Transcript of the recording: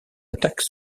attaques